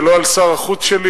ולא על שר החוץ שלי.